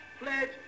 pledge